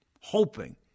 hoping